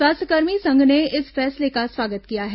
स्वास्थ्यकर्मी संघ ने इस फैसले का स्वागत किया है